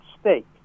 stake